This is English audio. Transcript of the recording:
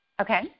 Okay